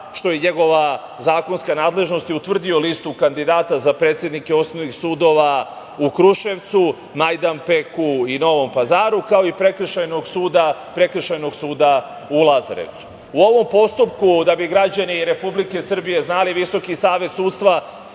što je njegova zakonska nadležnost, je utvrdio listu kandidata za predsednike osnovnih sudova u Kruševcu, Majdanpeku i Novom Pazaru, kao i Prekršajnog suda u Lazarevcu. U ovom postupku da bi građani Republike Srbije znali, Visoki savet sudstva